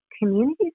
Communities